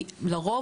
כי לרוב,